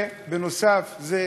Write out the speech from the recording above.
ובנוסף, זה